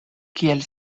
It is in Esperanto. kiel